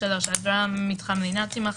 (3) ההגדרה "מתחם לינה" תימחק,